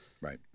Right